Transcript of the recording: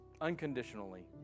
unconditionally